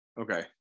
Okay